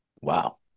wow